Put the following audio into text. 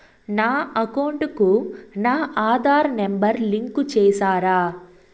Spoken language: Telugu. నా అకౌంట్ కు నా ఆధార్ నెంబర్ లింకు చేసారా